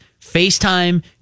FaceTime